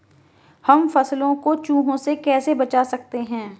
हम फसलों को चूहों से कैसे बचा सकते हैं?